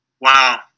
Wow